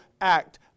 act